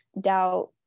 doubt